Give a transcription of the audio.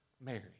Mary